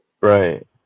Right